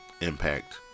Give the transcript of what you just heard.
Impact